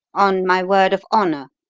on my word of honour.